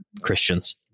Christians